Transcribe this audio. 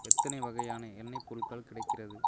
எத்தனை வகையான எண்ணெய் பொருள்கள் கிடைக்கிறது